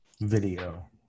video